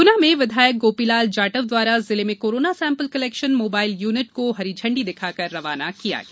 ग्ना में विधायक गोपीलाल जाटव द्वारा जिले में corona sample collection mobile unit को हरी झण्डी दिखाकर रवाना किया गया